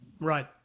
Right